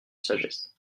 sagesse